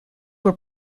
were